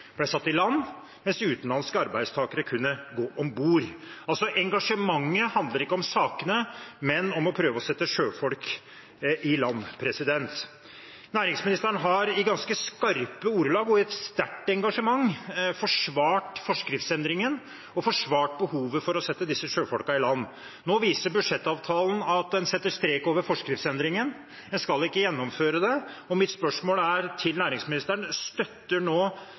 ble satt i land, mens utenlandske arbeidstakere kunne gå om bord. Engasjementet handler altså ikke om sakene, men om å prøve å sette sjøfolk i land. Næringsministeren har i ganske skarpe ordelag og med et sterkt engasjement forsvart forskriftsendringen og behovet for å sette disse sjøfolkene i land. Nå viser budsjettavtalen at en setter strek over forskriftsendringen. En skal ikke gjennomføre den. Mitt spørsmål til næringsministeren er: Støtter nå